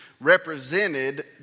represented